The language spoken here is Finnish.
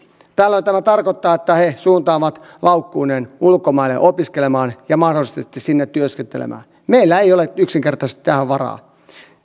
tällöin tämä tarkoittaa että he suuntaavat laukkuineen ulkomaille opiskelemaan ja mahdollisesti sitten sinne työskentelemään meillä ei ole yksinkertaisesti tähän varaa esimerkiksi